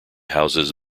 houses